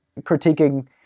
critiquing